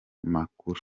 makuru